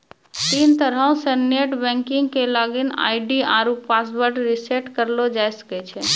तीन तरहो से नेट बैंकिग के लागिन आई.डी आरु पासवर्ड रिसेट करलो जाय सकै छै